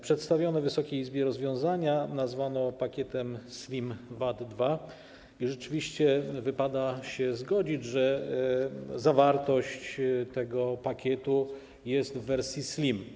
Przedstawione Wysokiej Izbie rozwiązania nazwano pakietem Slim VAT 2 i rzeczywiście wypada się zgodzić, że zawartość tego pakietu jest w wersji slim.